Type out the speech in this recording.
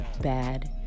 bad